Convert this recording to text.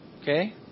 Okay